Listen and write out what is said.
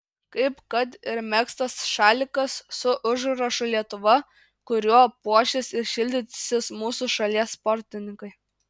kaip kad ir megztas šalikas su užrašu lietuva kuriuo puošis ir šildysis mūsų šalies sportininkai